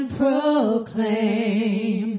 proclaim